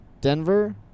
Denver